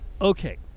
okay